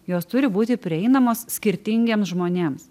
jos turi būti prieinamos skirtingiems žmonėms